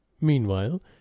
Meanwhile